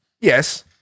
Yes